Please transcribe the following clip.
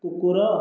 କୁକୁର